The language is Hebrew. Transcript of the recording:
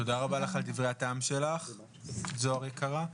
תודה רבה לך על דברי הטעם שלך זוהר יקרה,